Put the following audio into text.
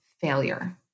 failure